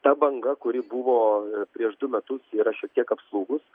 ta banga kuri buvo prieš du metus yra šiek tiek apslūgus